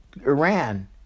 Iran